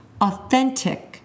authentic